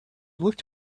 looked